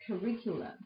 curriculum